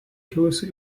kilusi